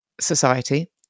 society